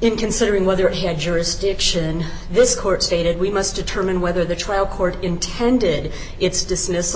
in considering whether it had jurisdiction this court stated we must determine whether the trial court intended its dismiss